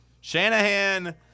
Shanahan